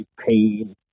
pain